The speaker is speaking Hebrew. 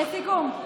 לסיכום,